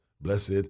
Blessed